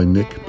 Nick